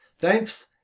Thanks